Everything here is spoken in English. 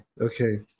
okay